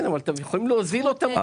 כן, אבל אתם יכולים להוזיל אותם.